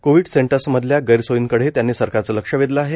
Covid सेंटर्समधल्या गैरसोयींकडेही त्यांनी सरकारचं लक्ष वेधलं आहे